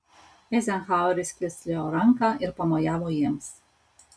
eizenhaueris kilstelėjo ranką ir pamojavo jiems